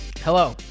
Hello